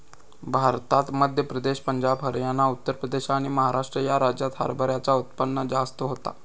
भारतात मध्य प्रदेश, पंजाब, हरयाना, उत्तर प्रदेश आणि महाराष्ट्र ह्या राज्यांत हरभऱ्याचा उत्पन्न जास्त होता